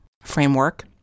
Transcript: framework